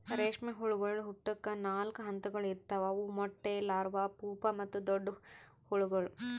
ರೇಷ್ಮೆ ಹುಳಗೊಳ್ ಹುಟ್ಟುಕ್ ನಾಲ್ಕು ಹಂತಗೊಳ್ ಇರ್ತಾವ್ ಅವು ಮೊಟ್ಟೆ, ಲಾರ್ವಾ, ಪೂಪಾ ಮತ್ತ ದೊಡ್ಡ ಹುಳಗೊಳ್